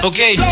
Okay